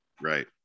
right